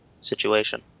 situation